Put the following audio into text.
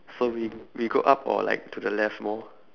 so we we go up or like to the left more